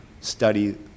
study